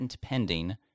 pending